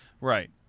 Right